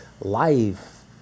life